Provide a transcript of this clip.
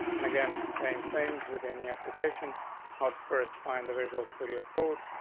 and again, the same thing within the applications at first. find the visual studio code,